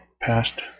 passed